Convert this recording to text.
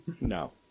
No